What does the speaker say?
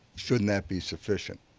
shouldn't that be sufficient?